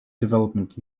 development